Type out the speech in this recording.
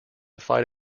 fight